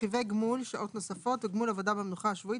רכיבי גמול שעות נוספות וגמול עבודה במנוחה השבועית